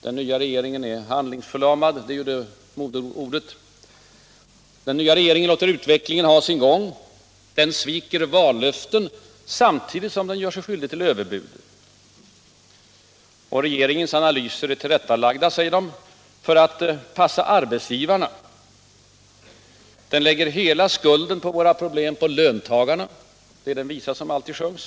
”Den nya regeringen är handlingsförlamad” — det är modeordet. Den nya regeringen låter utvecklingen ha sin gång, den sviker vallöften samtidigt som den gör sig skyldig till överbud, säger man. Vidare säger man att regeringens analyser är tillrättalagda för att passa arbetsgivarna. Regeringen lägger hela skulden på våra problem på löntagarna, är den visa som alltid sjungs.